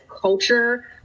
culture